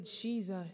Jesus